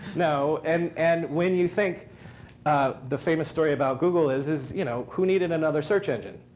no. and and when you think the famous story about google is is you know who needed another search engine?